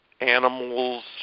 animals